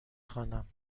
خوانم